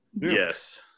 Yes